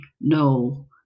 no